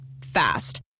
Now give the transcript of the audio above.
Fast